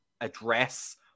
address